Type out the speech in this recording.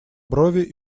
брови